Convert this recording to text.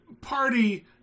party